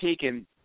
taken